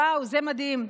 וואו, זה מדהים.